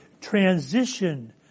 transition